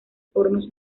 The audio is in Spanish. porno